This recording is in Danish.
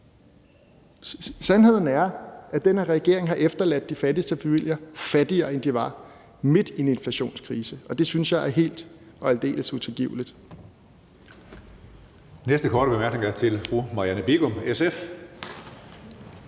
Sandheden er, at den her regering har efterladt de fattigste familier fattigere, end de var, midt i en inflationskrise, og det synes jeg er helt og aldeles utilgiveligt.